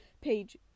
page